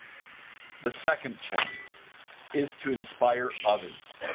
the second challenge is to inspire others.